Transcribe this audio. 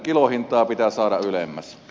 kilohintaa pitää saada ylemmäs